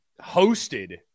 hosted